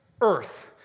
earth